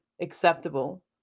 acceptable